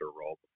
role